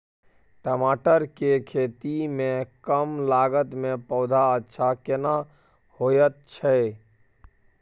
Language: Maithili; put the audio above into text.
टमाटर के खेती में कम लागत में पौधा अच्छा केना होयत छै?